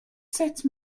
sept